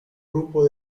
grupo